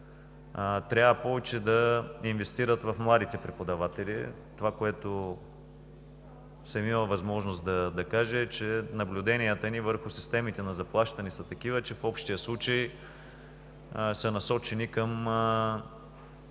трябва повече да инвестират в младите преподаватели. Това, което съм имал възможност да кажа, е, че наблюденията ни върху системите на заплащане са такива, че в общия случай са насочени към